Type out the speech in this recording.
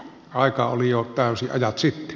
aika oli täysi jo ajat sitten